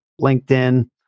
LinkedIn